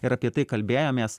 ir apie tai kalbėjomės